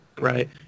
right